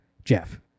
Jeff